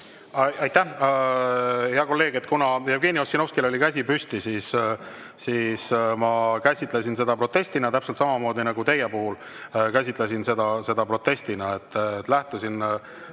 Aitäh, hea kolleeg! Kuna Jevgeni Ossinovskil oli käsi püsti, siis ma käsitlesin seda protestina, täpselt samamoodi teie puhul käsitlesin seda protestina. Lähtusin